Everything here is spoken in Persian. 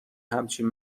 همچین